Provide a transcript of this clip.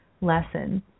Lesson